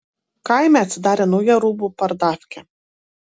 kaime atsidarė nauja rūbų pardafkė